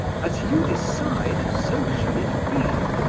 as you decide, so shall it be.